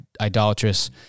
idolatrous